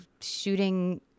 shooting